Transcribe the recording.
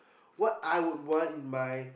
what I would want in my